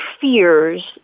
fears